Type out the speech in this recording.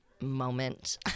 moment